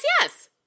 yes